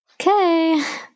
okay